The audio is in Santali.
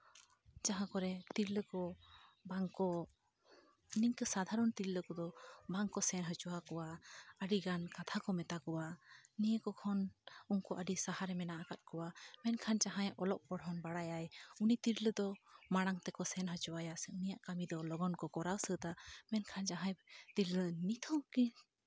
ᱡᱟᱦᱟᱸ ᱠᱚᱨᱮ ᱛᱤᱨᱞᱟᱹ ᱠᱚ ᱵᱟᱝ ᱠᱚ ᱱᱤᱝᱠᱟᱹ ᱥᱟᱫᱷᱟᱨᱚᱱ ᱛᱤᱨᱞᱟᱹ ᱠᱚᱫᱚ ᱵᱟᱝ ᱠᱚ ᱥᱮᱱ ᱦᱚᱪᱚ ᱟᱠᱚᱣᱟ ᱟᱹᱰᱤᱜᱟᱱ ᱠᱟᱛᱷᱟ ᱠᱚ ᱢᱮᱛᱟ ᱠᱚᱣᱟ ᱱᱤᱭᱟᱹ ᱠᱚ ᱠᱷᱚᱱ ᱟᱹᱰᱤ ᱥᱟᱦᱟᱨᱮ ᱢᱮᱱᱟᱜ ᱠᱟᱜ ᱠᱚᱣᱟ ᱢᱮᱱᱠᱷᱟᱱ ᱡᱟᱦᱟᱸᱭ ᱚᱞᱚᱜ ᱯᱚᱲᱦᱚᱱ ᱵᱟᱲᱟᱭᱟᱭ ᱩᱱᱤ ᱛᱤᱨᱞᱟᱹ ᱫᱚ ᱢᱟᱲᱟᱝ ᱛᱮᱠᱚ ᱥᱮᱱ ᱦᱚᱪᱚ ᱟᱭᱟ ᱥᱮ ᱩᱱᱤᱭᱟᱜ ᱠᱟᱹᱢᱤ ᱫᱚ ᱞᱚᱜᱚᱱ ᱠᱚ ᱠᱚᱨᱟᱣ ᱥᱟᱹᱛᱼᱟ ᱢᱮᱱᱠᱷᱟᱱ ᱡᱟᱦᱟᱸᱭ ᱛᱤᱨᱞᱟᱹ ᱱᱤᱛ ᱦᱚᱸ ᱠᱤ